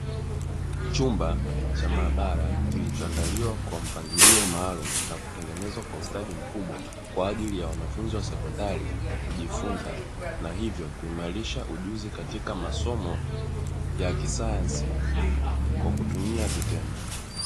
Chumba cha maabara, kilichoandaliwa kwa mpangilio maalumu na kutengeneza kwa ustadi mkubwa kwa ajili ya wanafunzi wa sekondari kujifunza na hivyo kuimarisha ujuzi katika masomo ya kisayansi kwa kutumia vitendo.